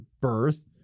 birth